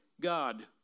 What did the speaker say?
God